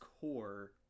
core